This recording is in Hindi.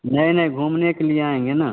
नहीं नहीं घूमने के लिए आएँगे ना